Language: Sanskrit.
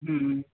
ह्म् ह्म्